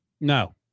No